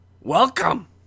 Welcome